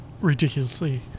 ridiculously